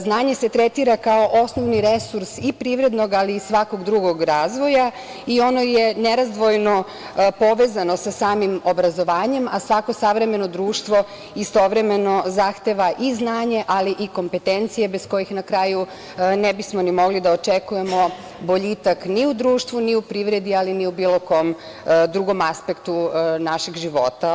Znanje se tretira kao osnovni resurs i privrednog, ali i svakog drugog razvoja i ono je nerazdvojno povezano sa samim obrazovanje, a svako savremeno društvo istovremeno zahteva i znanje, ali i kompetencije bez kojih na kraju ne bismo ni mogli da očekujemo boljitak ni u društvu, ni u privredi, ali ni u bilo kom drugom aspektu našeg života.